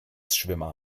schwimmer